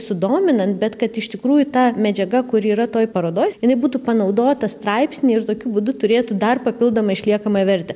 sudominant bet kad iš tikrųjų ta medžiaga kuri yra toj parodoj jinai būtų panaudota straipsny ir tokiu būdu turėtų dar papildomą išliekamąją vertę